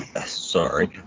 Sorry